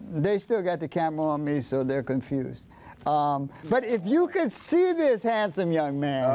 they still got the camera on me so they're confused but if you can see this have them young